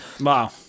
Wow